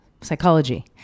psychology